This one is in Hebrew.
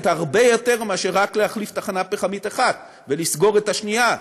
הרבה יותר מאשר רק להחליף תחנה פחמית אחת ולסגור את השנייה,